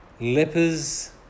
lepers